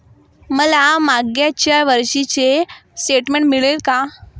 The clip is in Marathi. मला मागच्या वर्षीचे स्टेटमेंट मिळेल का?